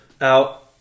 out